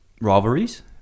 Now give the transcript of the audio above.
rivalries